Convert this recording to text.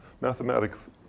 mathematics